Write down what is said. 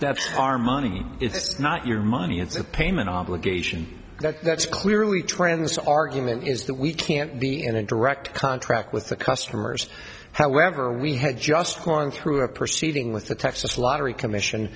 that's our money it's not your money it's a payment obligation that's clearly trans argument is that we can't be in a direct contract with the customers however we had just gone through a proceeding with the texas lottery commission